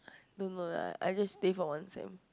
don't know lah I just stay for one sem